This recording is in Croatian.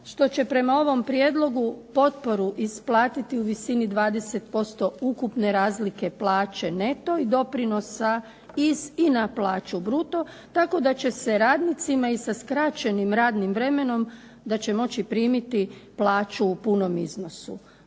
što će prema ovom prijedlogu potporu isplatiti u visini 20% ukupne razlike plaće neto i doprinosa iz i na plaću bruto tako da će se radnicima i sa skraćenim radnim vremenom da će moći primiti plaću u punom iznosu.